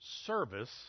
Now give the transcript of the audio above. service